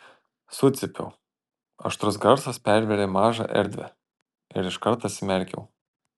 sucypiau aštrus garsas pervėrė mažą erdvę ir iškart atsimerkiau